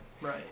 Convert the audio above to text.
Right